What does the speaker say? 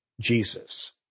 Jesus